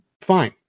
Fine